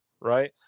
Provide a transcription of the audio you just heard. right